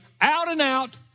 out-and-out